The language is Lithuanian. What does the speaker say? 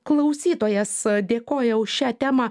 klausytojas dėkoja už šią temą